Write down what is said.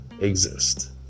exist